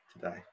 today